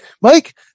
Mike